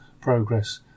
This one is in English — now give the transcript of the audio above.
progress